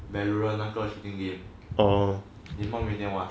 veteran 那个 shooting game 他们每天玩